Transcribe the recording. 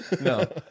no